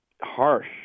harsh